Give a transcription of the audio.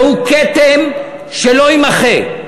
זהו כתם שלא יימחה.